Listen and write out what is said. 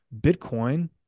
Bitcoin